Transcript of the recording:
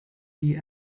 die